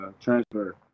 transfer